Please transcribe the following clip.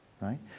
Right